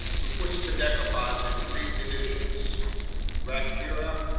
who puts the decapods in three divisions brachyura,